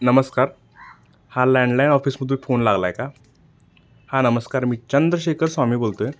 नमस्कार हा लँडलाईन ऑफिसमधून फोन लागला आहे का हा नमस्कार मी चंद्रशेखर स्वामी बोलतो आहे